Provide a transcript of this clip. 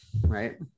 right